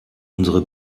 unsere